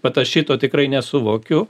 vat aš šito tikrai nesuvokiu